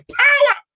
power